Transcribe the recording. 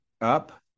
up